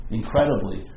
incredibly